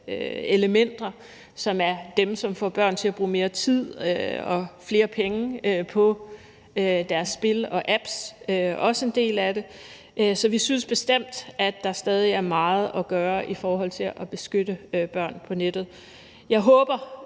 elementer, som er dem, som får børn til at bruge mere tid og flere penge på deres spil og apps, var også en del af det. Så vi synes bestemt, at der stadig er meget at gøre i forhold til at beskytte børn på nettet. Jeg håber,